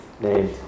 named